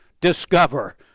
discover